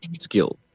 skill